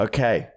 Okay